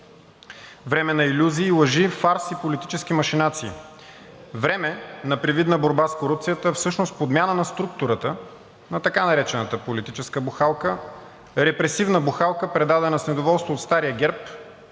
Време на илюзии и лъжи, фарс и политически машинации. Време на привидна борба с корупцията, а всъщност подмяна на структурата на така наречената политическа бухалка, репресивна бухалка, предадена с недоволство от стария ГЕРБ